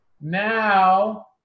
now